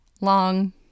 long